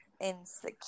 insecure